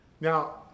Now